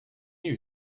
you